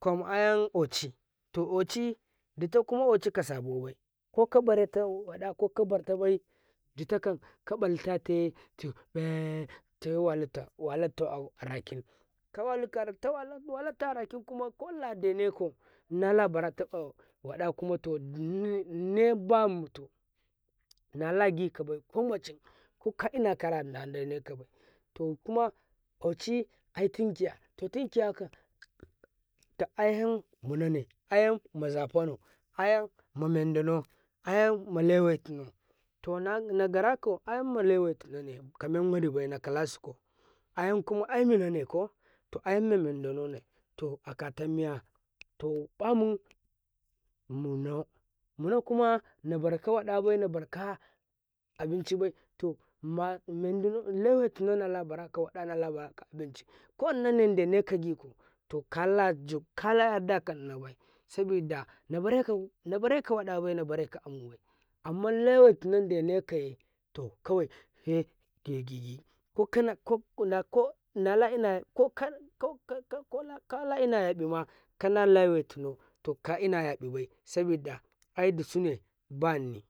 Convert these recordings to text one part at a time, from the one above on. kwam ayan o,ci to oci dita kuma oci ƙasabobai ko kabaretau waɗa kokabarata bai ditakan kabaltate se beey sewalatau arakin kawa lika wa lata araki ko ladene kau nala barata waɗa ku nine bamu tau nala gikabai komucin koko enakara nadene kabai komucin koka enakara nadene kabai kokuma oci aitinkiya totin kiyakan ka'ayam munane ayam maza fanau ayam mamen danau ayam ma mazafanau ayam mamen danau ayam ma lewainau to na garakau to ayamma lewaiti nane kamen wadi bai nakala sikau ayam kuma aimunane ko to ayamma mendi nane to aka ta miya to ƃa mun munau muna kuma nabar kawa ɗabai na barka aboincibai to nadu lewai tinau nala bara kawaɗa nala bara ka abinci kodinane nadeneka gikau to kala ju to kala yadda kan nabai sabida naba reka waɗabai na bareka abincibai amman lewai tina dene kaye to kawai sehigigi gigi kana ko ko nala ina kokala ina yaƃima to kaina yaƃibai sabida ai disine bane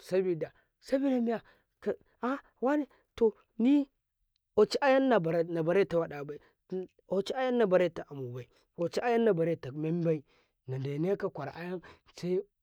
sabida sabida miya awaneni oci ayan naba reta wa ɗabai oci ayan nabareta amubai oci ayan nabare tamembai nadene ka ƙwara ayan se.